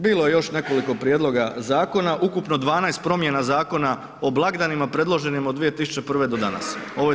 Bilo je još nekoliko prijedloga zakona, ukupno 12 promjena Zakona o blagdanima predloženim od 2001. do danas.